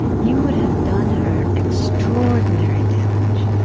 you would have done her extraordinary damage.